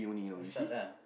itu pasal lah